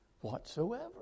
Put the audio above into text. whatsoever